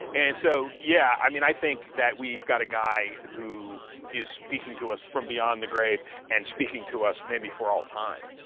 and so, yeah, i mean, i think that we've got a guy who is speaking to us from beyond the grave and speaking to us maybe for all time.